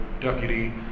deputy